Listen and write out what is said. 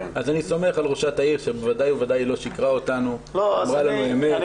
אני סומך על ראשת העיר שבוודאי ובוודאי לא שיקרה אותנו אלא אמרה אמת.